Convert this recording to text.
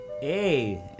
hey